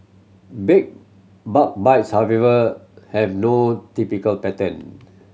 bed bug bites however have no typical pattern